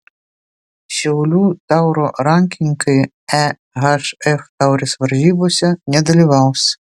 šiaulių tauro rankininkai ehf taurės varžybose nedalyvaus